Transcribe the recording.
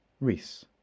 Reese